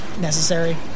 necessary